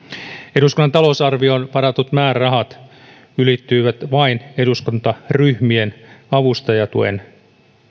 eduskunnan talousarvioon varatut määrärahat ylittyivät vain eduskuntaryhmien avustajatuen